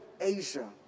Asia